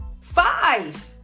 Five